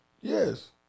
Yes